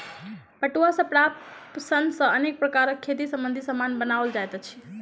पटुआ सॅ प्राप्त सन सॅ अनेक प्रकारक खेती संबंधी सामान बनओल जाइत अछि